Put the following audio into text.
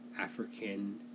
African